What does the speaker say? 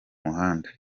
muhanda